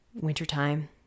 wintertime